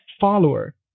follower